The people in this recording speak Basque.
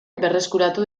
berreskuratu